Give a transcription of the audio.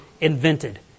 invented